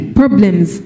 problems